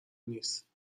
نیست